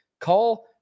Call